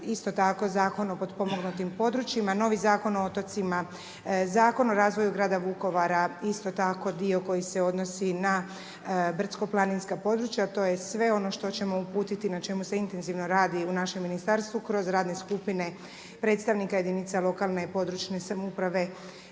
isto tako Zakon o potpomognutim područjima, novi Zakon o otocima, Zakon o razvoju grada Vukovara isto tako dio koji se odnosi na brdsko-planinska područja, to je sve ono što ćemo uputiti i na čemu se intenzivno radi u našem ministarstvu kroz radne skupine predstavnike jedinica lokalne i područne samouprave